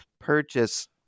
purchase